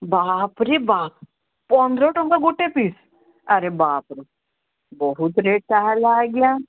ବାପରେ ବାପ୍ ପନ୍ଦର ଟଙ୍କା ଗୋଟେ ପିସ୍ ଆରେ ବାପରେ ବହୁତ ରେଟ୍ ତାହେଲା ଆଜ୍ଞା